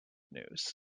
news